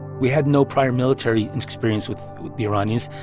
we had no prior military experience with the iranians.